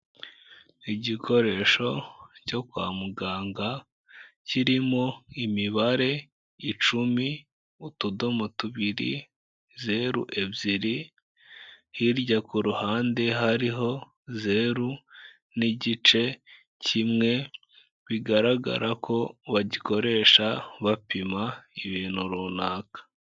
Igikoresho cyo kwa muganga, kirimo imibare icumi, utudomo tubiri, zeru ebyiri, hirya ku ruhande hariho zeru, n'igice kimwe, bigaragara ko bagikoresha bapima ibintu runaka.